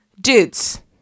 dudes